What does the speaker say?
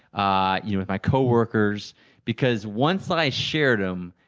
ah you know with my coworkers because once i shared them,